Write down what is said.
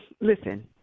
listen